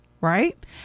Right